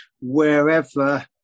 wherever